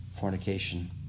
fornication